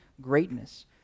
greatness